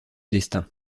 destin